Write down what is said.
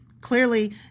clearly